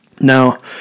Now